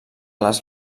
les